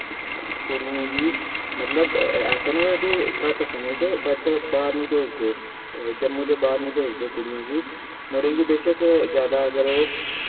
कुड़ियें गी ऐसा नी ऐ कि घट्ट समझदे बट बाह्र नी भेजदे जम्मू दे बाह्र नी भेजदे कुड़ियें गी मुड़ें गी बेशक्क जादा अगर ओह्